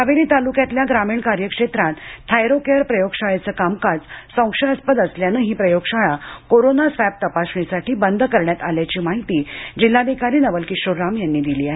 हवेली तालुक्यातल्या ग्रामीण कार्यक्षेत्रात थायरोकेअर प्रयोगशाळेचं कामकाज संशयास्पद असल्याने ही प्रयोगशाळा कोरोना स्वॅब तपासणीकरीता बंद करण्यात आल्याची माहिती जिल्हाधिकारी नवल किशोर राम यांनी दिली आहे